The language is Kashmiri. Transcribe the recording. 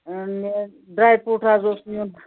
ڈرٛاے فرٛوٗٹ حظ اوس نیُن